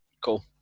Cool